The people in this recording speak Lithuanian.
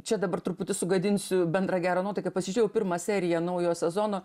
čia dabar truputį sugadinsiu bendrą gerą nuotaiką pasižiūrėjau pirmą seriją naujo sezono